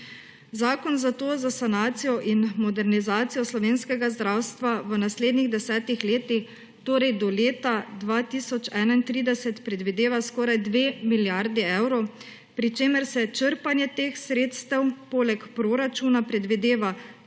Zakon zato za sanacijo in modernizacijo slovenskega zdravstva v naslednjih desetih letih, torej do leta 2031, predvideva skoraj 2 milijardi evrov, pri čemer se črpanje teh sredstev poleg proračuna predvideva